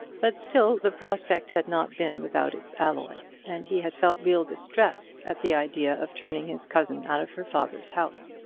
but still the prospect had not been without its alloy, and he had felt real distress at the idea of turning his cousin out of her father's house.